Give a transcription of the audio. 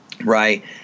right